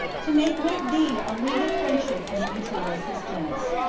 to make with thee a league of friendship and mutual assistance.